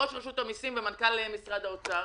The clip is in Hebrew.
ראש רשות המיסים ומנכ"ל משרד האוצר.